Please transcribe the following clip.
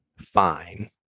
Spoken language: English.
fine